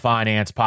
Finance